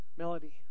Melody